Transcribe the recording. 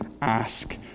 ask